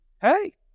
hey